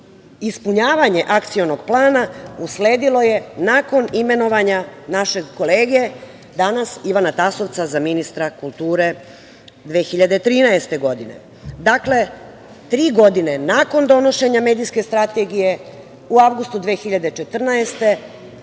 ispunjavanje akcionog plana usledilo je nakon imenovanja našeg kolege, danas Ivana Tasovca, za ministra kulture, 2013. godine. Dakle, tri godine nakon donošenja medijske strategije u avgustu 2014. godine